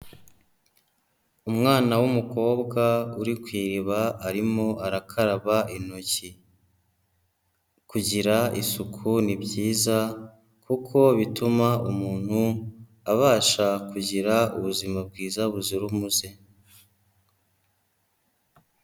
Umwana w'umukobwa uri ku iriba arimo arakaraba intoki, kugira isuku ni byiza kuko bituma umuntu abasha kugira ubuzima bwiza buzira umuze.